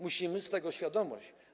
Musimy mieć tego świadomość.